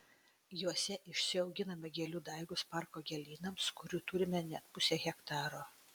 juose išsiauginame gėlių daigus parko gėlynams kurių turime net pusę hektaro